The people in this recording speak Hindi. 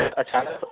अचानक